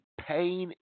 pain